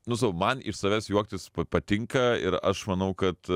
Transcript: nu sakau man iš savęs juoktis patinka ir aš manau kad